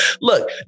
Look